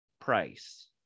price